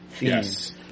Yes